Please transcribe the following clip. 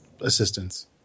assistance